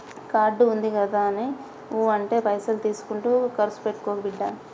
card ఉందిగదాని ఊ అంటే పైసలు తీసుకుంట కర్సు పెట్టుకోకు బిడ్డా